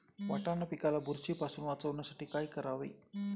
वाटाणा पिकाला बुरशीपासून वाचवण्यासाठी काय करावे?